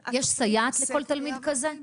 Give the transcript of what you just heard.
אני אגיד משהו בסיסי על מה זה איתור.